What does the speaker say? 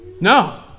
No